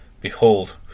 behold